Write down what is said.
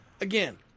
Again